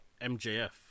mjf